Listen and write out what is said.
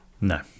No